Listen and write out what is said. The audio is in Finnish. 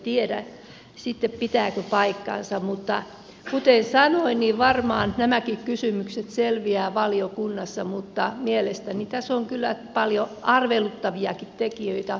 tiedä sitten pitääkö paikkaansa mutta kuten sanoin niin varmaan nämäkin kysymykset selviävät valiokunnassa mutta mielestäni tässä on kyllä paljon arveluttaviakin tekijöitä